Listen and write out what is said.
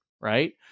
right